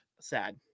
sad